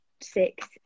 six